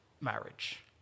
marriage